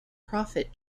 profit